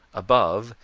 above,